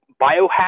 biohack